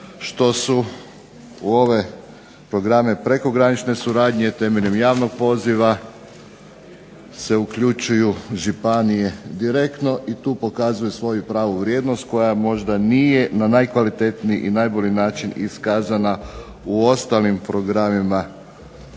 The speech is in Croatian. što su u ove programe prekogranične suradnje temeljem javnog poziva se uključuju županije direktno i tu pokazuju svoju pravu vrijednost koja možda nije na najkvalitetniji i najbolji način iskazana u ostalim programima